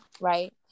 Right